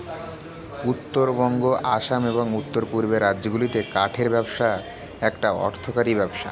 উত্তরবঙ্গ, আসাম, এবং উওর পূর্বের রাজ্যগুলিতে কাঠের ব্যবসা একটা অর্থকরী ব্যবসা